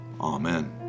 Amen